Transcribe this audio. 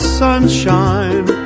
sunshine